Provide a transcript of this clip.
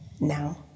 Now